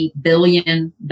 billion